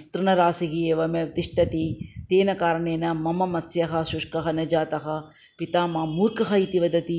स्तृणराशिः एवमेव तिष्ठति तेन कारणेन मम मत्स्यः शुष्कः न जातः पिता मां मूर्खः इति वदति